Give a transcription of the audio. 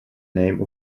name